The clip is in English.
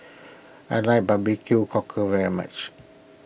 I like Barbecue Cockle very much